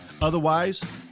Otherwise